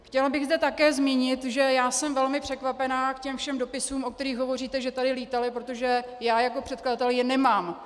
Chtěla bych zde také zmínit, že jsem velmi překvapena všemi dopisy, o kterých hovoříte, že tady lítaly, protože já jako předkladatel je nemám.